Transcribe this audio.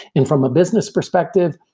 and from a business perspective,